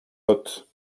lot